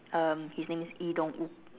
um his name is Lee-Dong-wook